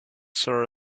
sort